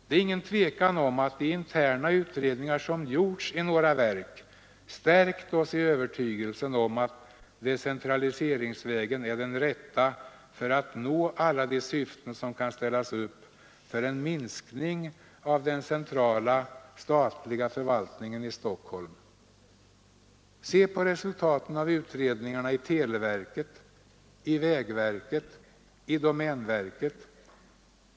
Det är inget tvivel om att de interna utredningar som gjorts i några verk stärkt oss i övertygelsen om att decentraliseringsvägen är den rätta för att nå alla de mål som kan ställas upp för en minskning av den centrala statliga förvaltningen i Stockholm. Se på resultaten av utredningarna i televerket, vägverket och domänverket!